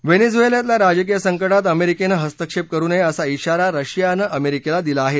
व्हिएनझुएलातल्या राजकीय संकटात अमेरिकेनं हस्तक्षेप करु नये असा शिवारा रशियानं अमेरिकेला दिला आहे